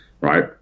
right